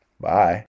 Bye